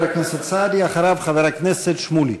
חבר הכנסת סעדי, אחריו, חבר הכנסת שמולי.